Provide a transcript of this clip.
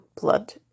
blood